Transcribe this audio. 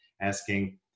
asking